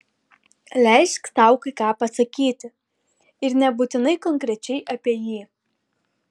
leisk tau kai ką pasakyti ir nebūtinai konkrečiai apie jį